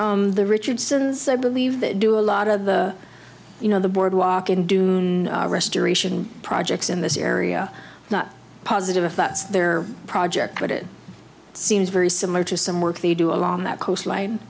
of the richardsons i believe they do a lot of the you know the board walk in dune restoration projects in this area not positive if that's their project but it seems very similar to some work they do along that coastline